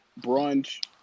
brunch